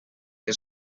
què